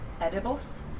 edibles